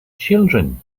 children